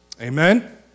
Amen